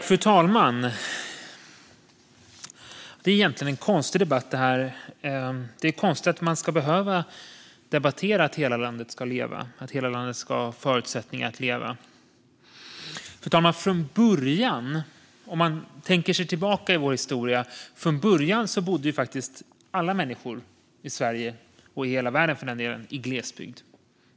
Fru talman! Detta är egentligen en konstig debatt. Det är konstigt att man ska behöva debattera att hela landet ska leva och ha förutsättningar att leva. Fru talman! Om man tänker tillbaka i vår historia bodde faktiskt från början alla människor i Sverige, och i hela världen för den delen, i glesbygd.